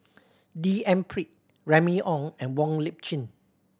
D N Pritt Remy Ong and Wong Lip Chin